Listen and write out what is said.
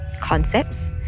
concepts